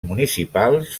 municipals